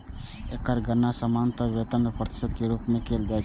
एकर गणना सामान्यतः वेतनक प्रतिशत के रूप मे कैल जाइ छै